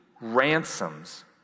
ransoms